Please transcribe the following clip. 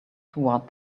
toward